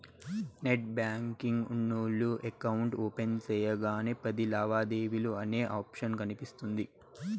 net banking ఉన్నోల్లు account open సెయ్యగానే పది లావాదేవీలు అనే ఆప్షన్ కనిపిస్తుంది